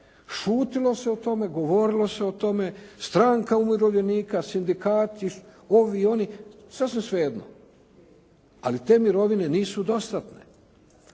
Šutilo se o tome, govorilo se o tome, stranka umirovljenika, sindikati, ovi, oni, sasvim sve jedno, ali te mirovine nisu dostatne.